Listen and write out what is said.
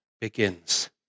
begins